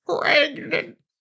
pregnant